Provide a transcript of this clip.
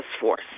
force